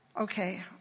Okay